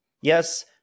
yes